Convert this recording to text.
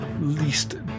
least